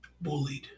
bullied